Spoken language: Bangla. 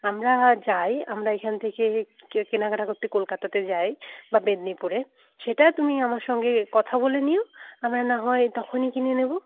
আমরা যাই আমরা এখান থেকে কে কেনাকাটা করতে কলকাতাতে যাই বা মেদিনীপুরে সেটা তুমি আমার সঙ্গে কথা বলে নিও আমরা নাহয় তখনই কিনে নেব